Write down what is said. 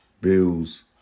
bills